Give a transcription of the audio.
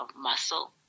muscle